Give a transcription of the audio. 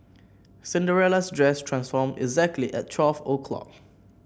Cinderella's dress transformed exactly at twelve o'clock